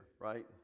right